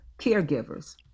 caregivers